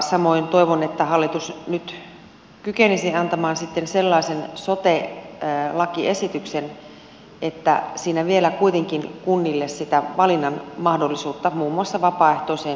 samoin toivon että hallitus nyt kykenisi antamaan sellaisen sote lakiesityksen että siinä vielä kuitenkin kunnille sitä valinnan mahdollisuutta muun muassa vapaaehtoisen